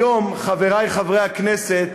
היום, חברי חברי הכנסת,